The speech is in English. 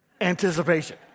anticipation